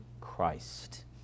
Christ